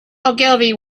ogilvy